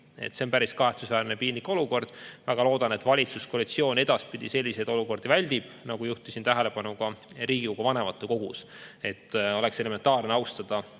See on päris kahetsusväärne ja piinlik olukord. Ma väga loodan, et valitsuskoalitsioon edaspidi selliseid olukordi väldib, nagu juhtisin tähelepanu ka Riigikogu vanematekogus. Oleks elementaarne austada